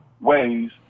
ways